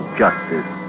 justice